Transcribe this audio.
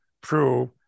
prove